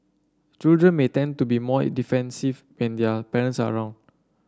children may tend to be more defensive when their parents are around